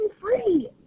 free